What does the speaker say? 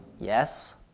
yes